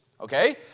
Okay